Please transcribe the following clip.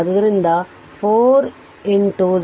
ಆದ್ದರಿಂದ 4 0